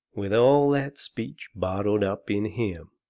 with all that speech bottled up in him!